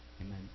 Amen